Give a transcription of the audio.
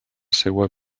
seua